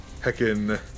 Heckin